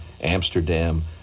Amsterdam